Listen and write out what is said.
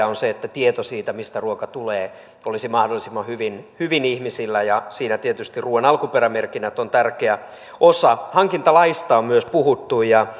on se että tieto siitä mistä ruoka tulee olisi mahdollisimman hyvin hyvin ihmisillä ja siinä tietysti ruoan alkuperämerkinnät ovat tärkeä osa myös hankintalaista on puhuttu